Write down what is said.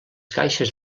caixes